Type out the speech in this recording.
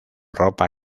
ropa